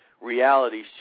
reality